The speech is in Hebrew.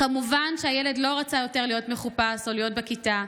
כמובן שהילד לא רצה להיות יותר מחופש או להיות בכיתה.